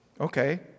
Okay